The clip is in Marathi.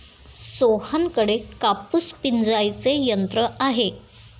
सोहनकडे कापूस पिंजायचे यंत्र आहे